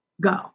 go